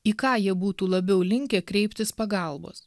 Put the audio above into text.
į ką jie būtų labiau linkę kreiptis pagalbos